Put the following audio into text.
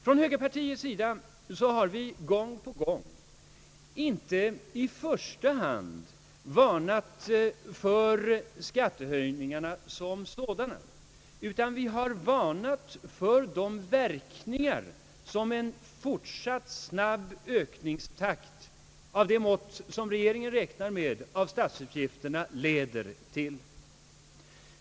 Från högerpartiets sida har vi gång på gång varnat för de verkningar som en fortsatt snabb ökning, av det mått som regeringen räknar med, av statsutgifterna leder till.